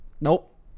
Nope